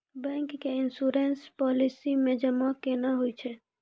Bank के insurance policy मे जमा केना होय छै?